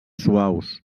suaus